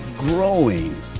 Growing